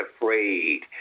afraid